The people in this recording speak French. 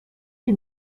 qui